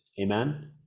Amen